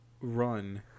run